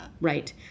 Right